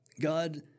God